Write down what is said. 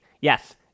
Yes